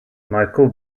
michael